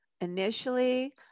initially